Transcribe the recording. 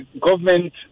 government